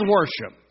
worship